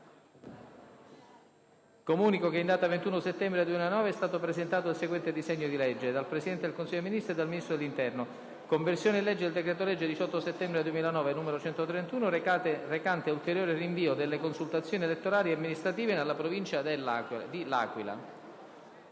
Comunico che in data 21 settembre 2009 è stato presentato il seguente disegno di legge: *dal Presidente del Consiglio dei ministri e dal Ministro dell'interno*: «Conversione in legge del decreto-legge 18 settembre 2009, n. 131, recante ulteriore rinvio delle consultazioni elettorali amministrative nella provincia di L'Aquila»